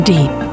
Deep